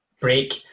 break